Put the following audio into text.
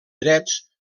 drets